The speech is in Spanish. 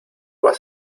vas